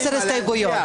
הסתייגות מס'